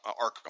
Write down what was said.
Arkham